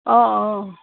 অঁ অঁ